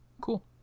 Cool